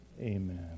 Amen